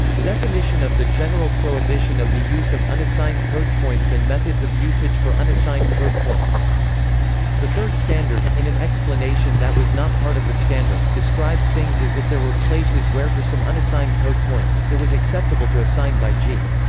definition of the general prohibition of the use of unassigned code points and methods of usage for unassigned code points the third standard, in an explanation that was not part of the standard, described things as if there were places where for some unassigned code points, it was acceptable to assign gaiji.